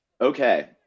Okay